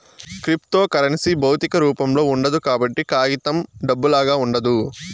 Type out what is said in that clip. cryptocurrency భౌతిక రూపంలో ఉండదు కాబట్టి కాగితం డబ్బులాగా ఉండదు